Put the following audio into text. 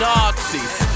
Nazis